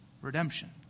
redemption